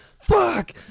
fuck